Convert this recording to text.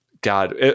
god